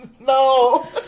no